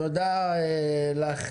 תודה לך,